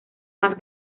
más